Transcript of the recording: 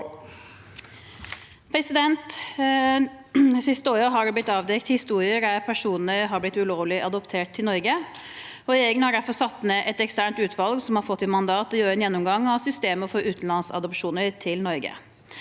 Det siste året har det blitt avdekt historier om personer som har blitt ulovlig adoptert til Norge. Regjeringen har derfor satt ned et eksternt utvalg som har fått i mandat å gjøre en gjennomgang av systemet for utenlandsadopsjoner til Norge.